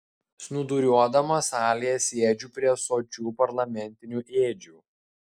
snūduriuodamas salėje sėdžiu prie sočių parlamentinių ėdžių